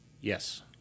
Yes